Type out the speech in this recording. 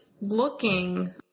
looking